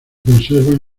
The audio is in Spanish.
conservan